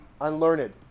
unlearned